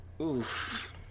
Oof